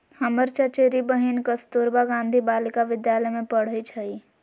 हमर चचेरी बहिन कस्तूरबा गांधी बालिका विद्यालय में पढ़इ छइ